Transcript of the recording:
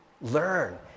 learn